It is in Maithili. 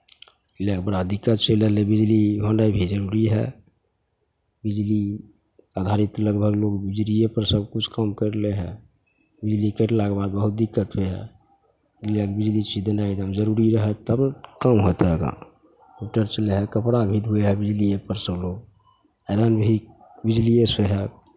एहि लेल बड़ा दिक्कत छै रहलै बिजली होइनाइ भी जरूरी हइ बिजली आधारित लगभग लोक बिजलिएपर सभकिछु काम करि लैत हइ बिजली कटलाके बाद बहुत दिक्कत होइ हइ इसलिए बिजली छियै देनाइ एकदम जरूरी रहै हइ तब काम होतै मोटर चलाए कऽ कपड़ा भी धुअइत हइ बिजलिएपर सभलोक आइरन भी बिजलिएसँ होइ हइ